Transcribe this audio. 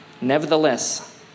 Nevertheless